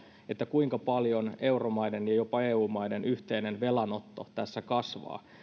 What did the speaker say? kuinka paljon euromaiden ja jopa eu maiden yhteinen velanotto tässä kasvaa